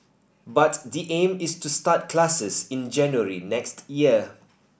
but the aim is to start classes in January next year